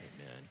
Amen